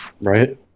Right